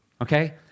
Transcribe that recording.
Okay